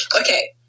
Okay